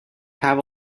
have